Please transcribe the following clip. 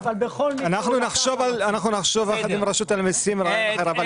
אנחנו נחשוב יחד עם רשות המיסים על רעיון אחר.